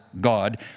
God